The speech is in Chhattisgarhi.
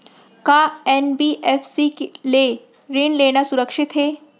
का एन.बी.एफ.सी ले ऋण लेना सुरक्षित हे?